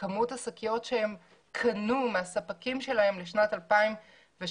כמות השקיות שהם קנו מהספקים שלהם בשנת 2016,